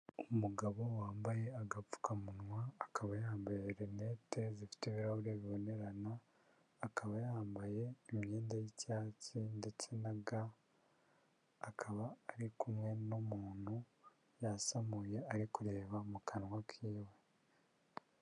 Umugabo wambaye agapfukamunwa, akaba yambaye irinete zifite ibirahure bibonerana, akaba yambaye imyenda y'icyatsi ndetse na ga, akaba ari kumwe n'umuntu yasamuye ari kureba mu kanwa k'iwe.